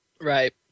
Right